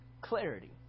clarity